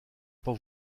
pas